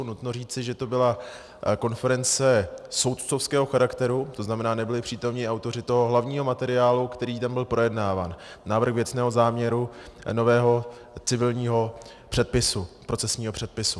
Nutno říci, že to byla konference soudcovského charakteru, to znamená, nebyli přítomni autoři toho hlavního materiálu, který tam byl projednáván, návrh věcného záměru nového civilního procesního předpisu.